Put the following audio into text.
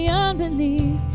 unbelief